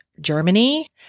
Germany